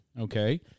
Okay